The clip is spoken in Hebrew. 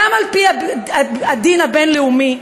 גם על-פי הדין הבין-לאומי,